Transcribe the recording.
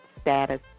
status